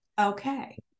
Okay